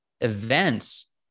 events